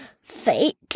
fake